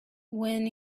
when